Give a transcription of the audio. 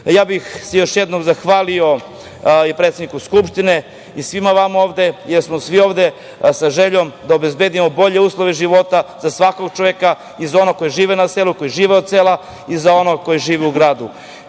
bih se zahvalio i predsedniku Skupštine i svima vama ovde jer smo svi ovde sa željom da obezbedimo bolje uslove života za svakog čoveka i za one koji žive na selu i koji žive od sela i za one koji žive u gradu.